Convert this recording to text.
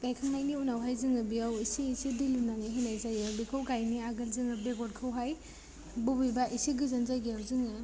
गायखांनायनि उनावहाय जोङो बेयाव एसे एसे दै लुनानै होनाय जायो बेखौ गायिनि आगोल जोङो बेगरखौहाय बबेबा एसे गोजान जायगायाव जोङो